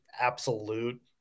absolute